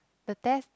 the test